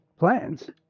plans